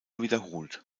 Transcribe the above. wiederholt